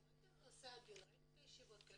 ראיתם את נושא הדיון, ראיתם את הישיבות.